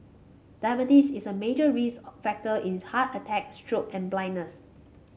diabetes is a major risk factor in heart attacks stroke and blindness